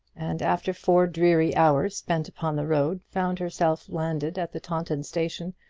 and after four dreary hours spent upon the road, found herself landed at the taunton station,